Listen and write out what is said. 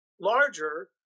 larger